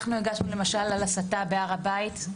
הגשנו למשל על הסתה בהר הבית,